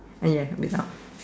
ah yeah without